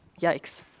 Yikes